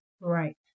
Right